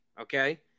Okay